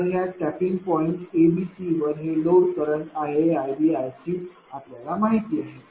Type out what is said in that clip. तर ह्या tapping point A B C वर हे लोड करंट iA iB iCआपल्याला माहिती आहेत